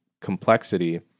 complexity